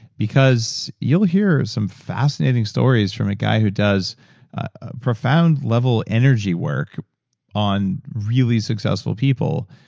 because you'll hear some fascinating stories from a guy who does a profound level energy work on really successful people.